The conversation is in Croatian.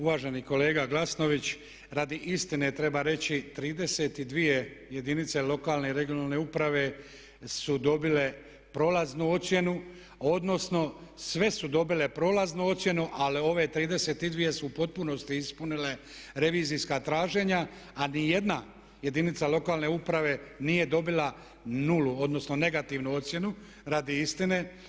Uvaženi kolega Glasnović, radi istine treba reći 32 jedinice lokalne i regionalne uprave su dobile prolaznu ocjenu odnosno sve su dobile prolaznu ocjenu ali ove 32 su u potpunosti ispunile revizijska traženja a ni jedna jedinica lokalne uprave nije dobila 0 odnosno negativnu ocjenu radi istine.